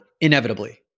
inevitably